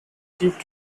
jeep